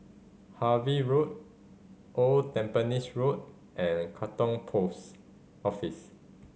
Harvey Road Old Tampines Road and Katong Post Office